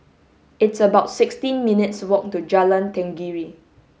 it's about sixteent minutes' walk to Jalan Tenggiri